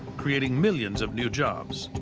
creating millions of new jobs.